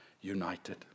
united